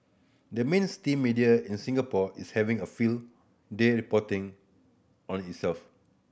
the mainstream media in Singapore is having a field day reporting on itself